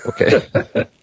Okay